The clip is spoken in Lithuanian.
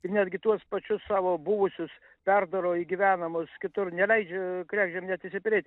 ir netgi tuos pačius savo buvusius perdaro į gyvenamus kitur neleidžia kregždėm net išsiperėt